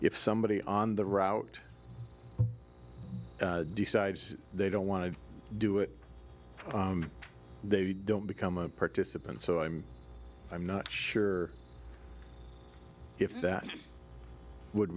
if somebody on the route decides they don't want to do it they don't become a participant so i'm i'm not sure if that would